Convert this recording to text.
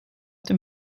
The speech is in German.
dem